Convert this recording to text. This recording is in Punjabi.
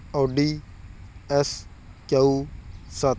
ਓਡੀ ਐਸ ਕਿਊ ਸੱਤ